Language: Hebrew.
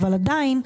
אבל עדיין,